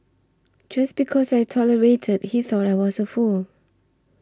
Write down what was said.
just because I tolerated he thought I was a fool